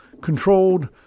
controlled